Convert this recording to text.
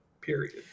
period